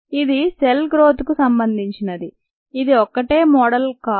ఇది సెల్ గ్రోత్కు సంబంధించి ఇది ఒకటే మోడల్ కాదు